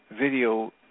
video